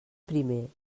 primer